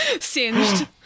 singed